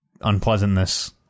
unpleasantness